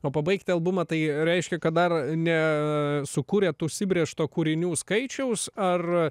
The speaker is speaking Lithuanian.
o pabaigti albumą tai reiškia kad dar ne sukūrėt užsibrėžto kūrinių skaičiaus ar